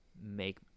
make –